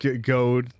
Go